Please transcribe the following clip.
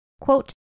quote